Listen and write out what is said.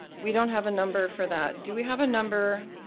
we don't have a number for that. do we have a number,